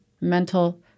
mental